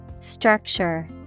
Structure